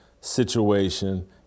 situation